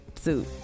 suit